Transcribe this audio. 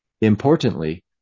Importantly